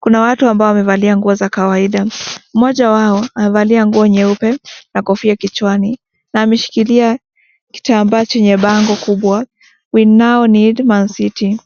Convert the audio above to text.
Kuna watu ambao wamevalia nguo za kawaida. Mmoja wao amevalia nguo nyeupe na kofia kichwani na ameshikilia kitambaa chenye bango kubwa WE NOW NEED MAN CITY .